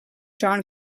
john